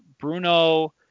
Bruno